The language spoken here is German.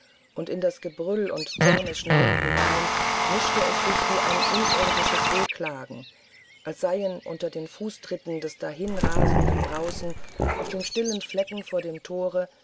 und in das gebrüll und zornesschnauben hinein mischte es sich wie ein unirdisches wehklagen als seien unter den fußtritten des dahinrasenden draußen auf dem stillen fleck vor dem thore